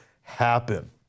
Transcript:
happen